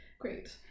Great